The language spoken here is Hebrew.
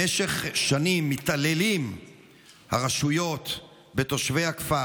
במשך שנים מתעללות הרשויות בתושבי הכפר.